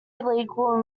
illegal